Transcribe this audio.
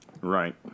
Right